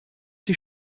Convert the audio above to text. sie